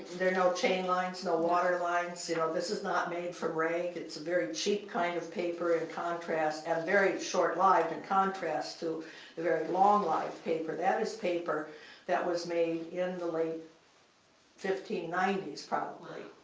there are no chain lines, no water lines, you know, this is not made from rag. it's a very cheap kind of paper in contrast and very short-lived in contrast to the very long-life paper. that is paper that was made in the late fifteen ninety s, probably.